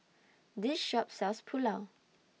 This Shop sells Pulao